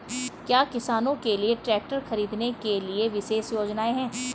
क्या किसानों के लिए ट्रैक्टर खरीदने के लिए विशेष योजनाएं हैं?